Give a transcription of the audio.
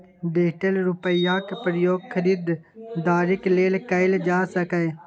digital रुपैयाक प्रयोग खरीदारीक लेल कएल जा सकैए